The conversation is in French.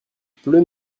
pleut